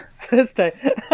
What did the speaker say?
Thursday